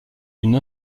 une